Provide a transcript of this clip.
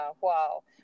wow